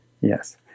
Yes